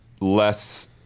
less